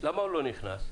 למה הוא לא נכנס?